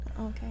Okay